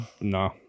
No